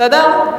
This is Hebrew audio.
בסדר?